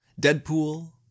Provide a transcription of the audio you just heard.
Deadpool